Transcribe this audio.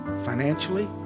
financially